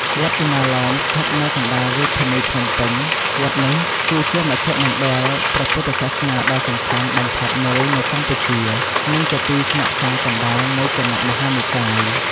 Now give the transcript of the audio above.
វត្តឧណ្ណាលោម ស្ថិតនៅកណ្តាលរាជធានីភ្នំពេញ វត្តនេះគឺជាមជ្ឈមណ្ឌលព្រះពុទ្ធសាសនាដ៏សំខាន់បំផុតមួយនៅកម្ពុជា និងជាទីស្នាក់ការកណ្តាលនៃគណៈមហានិកាយ។